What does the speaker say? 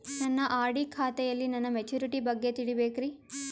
ನನ್ನ ಆರ್.ಡಿ ಖಾತೆಯಲ್ಲಿ ನನ್ನ ಮೆಚುರಿಟಿ ಬಗ್ಗೆ ತಿಳಿಬೇಕ್ರಿ